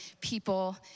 people